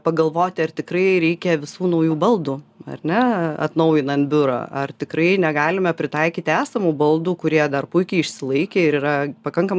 pagalvoti ar tikrai reikia visų naujų baldų ar ne atnaujinant biurą ar tikrai negalime pritaikyti esamų baldų kurie dar puikiai išsilaikę ir yra pakankamai